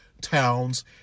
towns